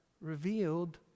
revealed